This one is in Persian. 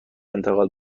انتقال